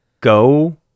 go